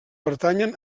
pertanyen